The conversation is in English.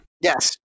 Yes